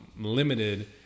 limited